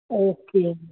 okay